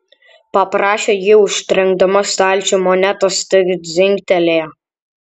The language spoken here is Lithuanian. paprašė ji užtrenkdama stalčių monetos tik dzingtelėjo